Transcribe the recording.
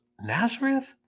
Nazareth